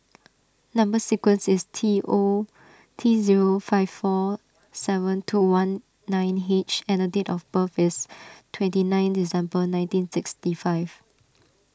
Number Sequence is T O T zero five four seven two one nine H and date of birth is twenty nine December nineteen sixty five